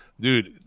dude